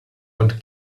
und